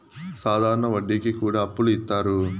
సాధారణ వడ్డీ కి కూడా అప్పులు ఇత్తారు